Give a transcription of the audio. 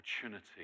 opportunity